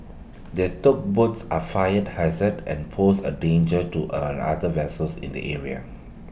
these tugboats are A fire hazard and pose A danger to an other vessels in the area